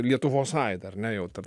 lietuvos aidą ar ne jau tada